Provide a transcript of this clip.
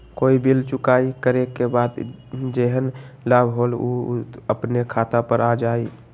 कोई बिल चुकाई करे के बाद जेहन लाभ होल उ अपने खाता पर आ जाई?